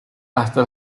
hasta